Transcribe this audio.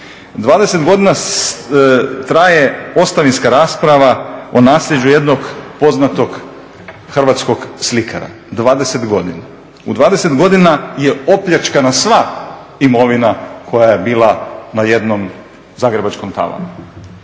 20 godina traje ostavinska rasprava o nasljeđu jednog poznatog hrvatskog slikara. 20 godina. U 20 godina je opljačkana sva imovina koja je bila na jednom zagrebačkom tavanu.